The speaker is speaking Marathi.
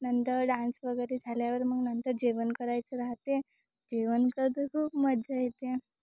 नंतर डान्स वगैरे झाल्यावर मग नंतर जेवण करायचं राहते जेवण करतं खूप मज्जा येते